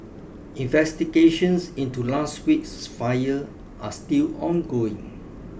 investigations into last week's fire are still ongoing